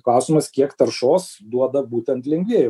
klausimas kiek taršos duoda būtent liengvieji